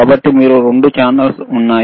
కాబట్టి మీకు 2 ఛానెల్స్ ఉన్నాయి